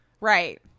right